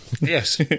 Yes